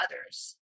others